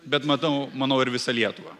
bet matau manau ir visą lietuvą